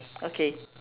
okay